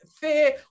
fear